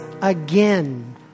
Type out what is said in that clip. again